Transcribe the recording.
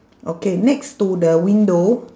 okay next to the window